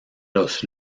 los